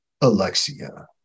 Alexia